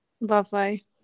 Lovely